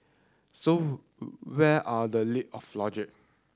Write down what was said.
so where are the leap of logic